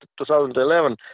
2011